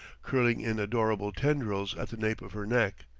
curling in adorable tendrils at the nape of her neck,